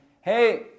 Hey